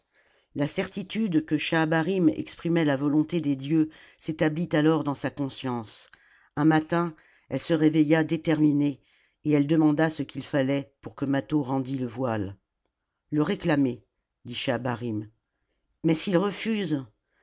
la certitude que schahabarim exprimait la volonté des dieux s'établit alors dans sa conscience un matin elle se réveilla déterminée et elle demanda ce qu'il fallait pour que mâtho rendît le voile le réclamer dit schahabarim mais s'il refuse